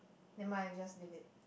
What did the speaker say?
never mind we just leave it